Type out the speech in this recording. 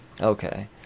Okay